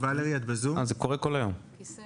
תודה